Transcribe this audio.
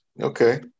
okay